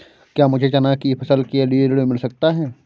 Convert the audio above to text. क्या मुझे चना की फसल के लिए ऋण मिल सकता है?